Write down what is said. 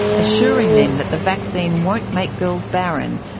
assuring them that the vaccine won't make girls barren,